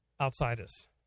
outsiders